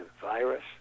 virus